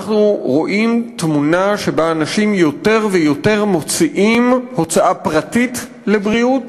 אנחנו רואים תמונה שבה אנשים יותר ויותר מוציאים הוצאה פרטית על בריאות,